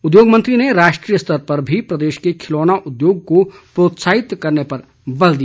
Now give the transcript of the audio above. उद्योग मंत्री ने राष्ट्रीय स्तर पर भी प्रदेश के खिलौना उद्योग को प्रात्साहित करने पर बल दिया